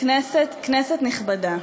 כנסת נכבדה,